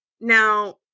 Now